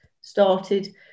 started